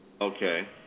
Okay